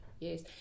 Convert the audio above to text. Yes